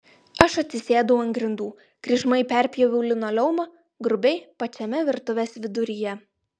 aš atsisėdau ant grindų kryžmai perpjoviau linoleumą grubiai pačiame virtuvės viduryje